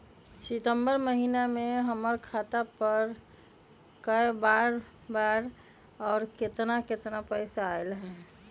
सितम्बर महीना में हमर खाता पर कय बार बार और केतना केतना पैसा अयलक ह?